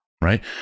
right